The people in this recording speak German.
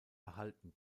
erhalten